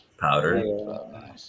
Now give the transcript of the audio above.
powder